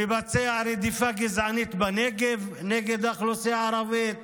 מבצע רדיפה גזענית בנגב נגד האוכלוסייה הערבית,